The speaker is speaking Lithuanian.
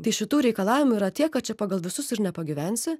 tai šitų reikalavimų yra tiek kad čia pagal visus ir nepagyvensi